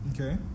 Okay